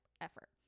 effort